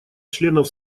членов